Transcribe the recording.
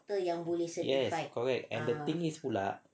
yes correct and the thing is pula